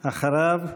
אחריו,